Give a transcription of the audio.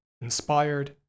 inspired